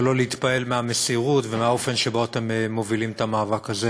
אי-אפשר שלא להתפעל מהמסירות ומהאופן שבו אתם מובילים את המאבק הזה,